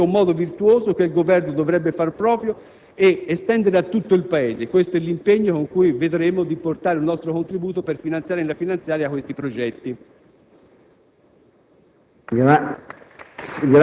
si deve incoraggiare la vigilanza. Questo è un modo virtuoso che il Governo dovrebbe far proprio ed estendere a tutto il Paese. Questo è l'impegno con cui cercheremo di dare il nostro contributo per finanziare con la legge finanziaria questi progetti.